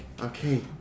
Okay